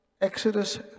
Exodus